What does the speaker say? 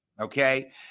Okay